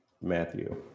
Matthew